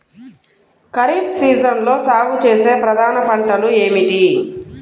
ఖరీఫ్ సీజన్లో సాగుచేసే ప్రధాన పంటలు ఏమిటీ?